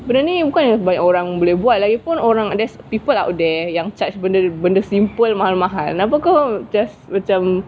benda ni bukan banyak orang boleh buat lagipun orang there's people out there yang charge benda mahal-mahal kenapa kau just macam